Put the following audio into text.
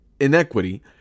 inequity